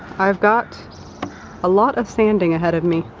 i've got a lot of sanding ahead of me.